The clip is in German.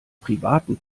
privaten